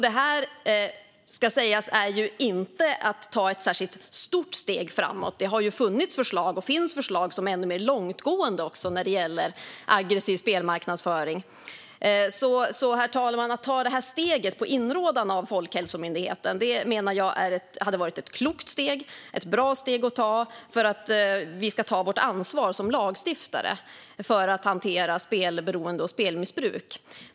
Detta, ska sägas, är inte att ta ett särskilt stort steg framåt. Det har ju funnits förslag - och det finns förslag - som är ännu mer långtgående när det gäller aggressiv spelmarknadsföring. Herr talman! Jag menar att det hade varit klokt att ta detta steg på inrådan av Folkhälsomyndigheten. Det hade varit ett bra steg att ta när det gäller att vi ska ta vårt ansvar som lagstiftare för att hantera spelberoende och spelmissbruk.